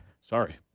Sorry